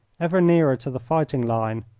ever nearer to the fighting line,